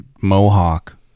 mohawk